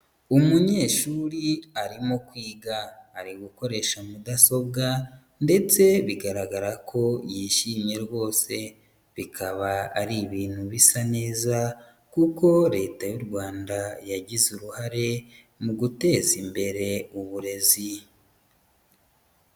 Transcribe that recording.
Umunyeshuri arimo kwiga, ari gukoresha mudasobwa ndetse bigaragara ko yishimye rwose; bikaba ari ibintu bisa neza kuko Leta y'u Rwanda yagize uruhare mu guteza imbere uburezi.